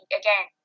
again